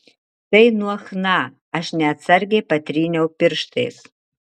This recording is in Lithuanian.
tai nuo chna aš neatsargiai patryniau pirštais